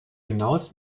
hinaus